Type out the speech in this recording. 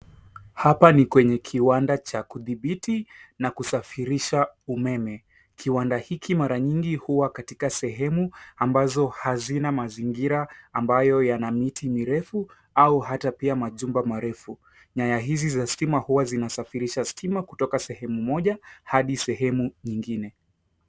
Hapa ni kwenye kiwanda cha kidhibiti na kusafirisha umeme, kiwanda hiki mara nyingi huwa katika sehemu ambazo hazina mazingira ambayo yana miti mirefu au hata pia majumba marefu. Nyaya hizi za stima huwa zinasafirisha stima kutoka sehemu moja hadi sehemu nyingine.